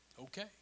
okay